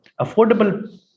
affordable